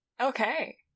Okay